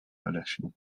coalition